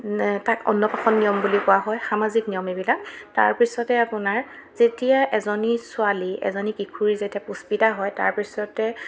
তাক অন্নপ্ৰাসন নিয়ম বুলি কোৱা হয় সামাজিক নিয়ম এইবিলাক তাৰ পিছতে আপোনাৰ যেতিয়া এজনী ছোৱালী এজনী কিশোৰী যেতিয়া পুষ্পিতা হয় তাৰ পিছতে